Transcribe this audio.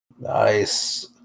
Nice